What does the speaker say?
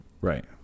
right